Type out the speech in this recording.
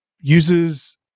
uses